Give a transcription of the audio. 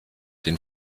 den